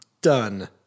done